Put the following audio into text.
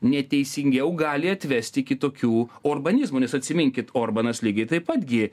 neteisingiau gali atvesti kitokių orbanizmų nes atsiminkit orbanas lygiai taip pat gi